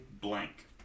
blank